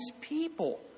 people